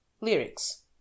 Lyrics